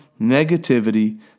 negativity